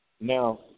Now